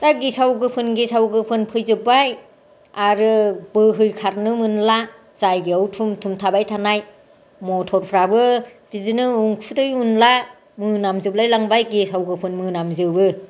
दा गेसाव गोफोन गेसाव गोफोन फैजोब्बाय आरो बोहैखारनो मोनला जायगायाव थुम थुम थाबाय थानाय मटरफ्राबो बिदिनो उखुनदै उनला मोनाम जोबलाय लांबाय गेसाव गेफोन मोनामजोबो